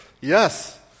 Yes